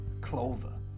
Clover